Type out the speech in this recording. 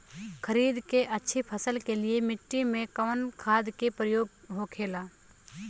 खरीद के अच्छी फसल के लिए मिट्टी में कवन खाद के प्रयोग होखेला?